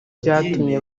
byatumye